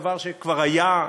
דבר שכבר היה,